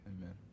Amen